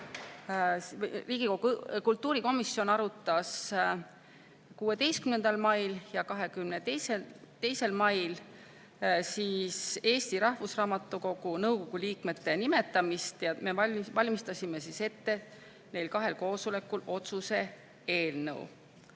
kultuurikomisjon arutas 16. mail ja 22. mail Eesti Rahvusraamatukogu nõukogu liikmete nimetamist ja me valmistasime neil kahel koosolekul ette otsuse eelnõu.